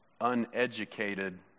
uneducated